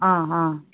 অ অ